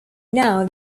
now